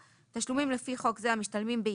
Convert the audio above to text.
18ב. (א) תשלומים לפי חוק זה המשתלמים באיחור,